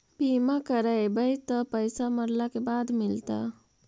बिमा करैबैय त पैसा मरला के बाद मिलता?